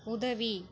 உதவி